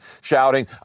shouting